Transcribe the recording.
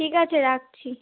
ঠিক আছে রাখছি